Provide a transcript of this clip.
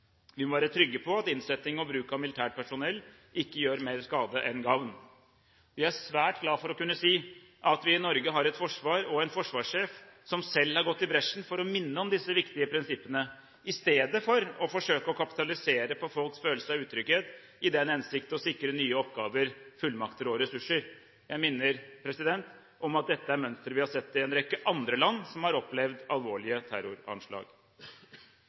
Vi må være trygge på at innsetting og bruk av militært personell ikke gjør mer skade enn gagn. Jeg er svært glad for å kunne si at vi i Norge har et forsvar og en forsvarssjef som selv har gått i bresjen for å minne om disse viktige prinsippene, i stedet for å forsøke å kapitalisere på folks følelse av utrygghet, i den hensikt å sikre nye oppgaver, fullmakter og ressurser. Jeg minner om at dette er mønstre vi har sett i en rekke andre land som har opplevd alvorlige terroranslag.